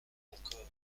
encore